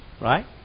Right